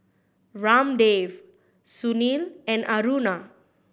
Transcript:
Ramdev Sunil and Aruna